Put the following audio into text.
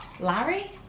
Larry